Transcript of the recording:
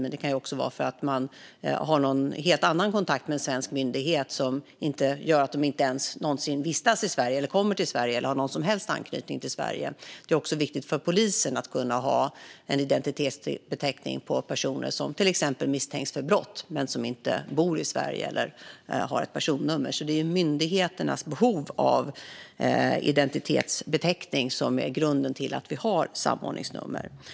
Men det kan också vara för att de har en helt annan kontakt med en svensk myndighet utan att de någonsin vistas i, kommer till eller har någon som helst anknytning till Sverige. Det är också viktigt att polisen kan ha en identitetsbeteckning på personer som till exempel misstänks för brott men som inte bor i Sverige eller har ett personnummer. Myndigheternas behov av en identitetsbeteckning är alltså grunden för att vi har samordningsnummer.